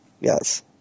Yes